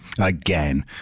Again